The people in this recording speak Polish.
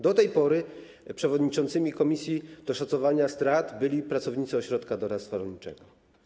Do tej pory przewodniczącymi komisji do szacowania strat byli pracownicy ośrodka doradztwa rolniczego.